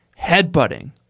headbutting